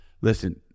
listen